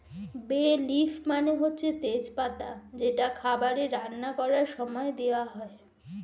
বে লিফ মানে হচ্ছে তেজ পাতা যেটা খাবারে রান্না করার সময়ে দেওয়া হয়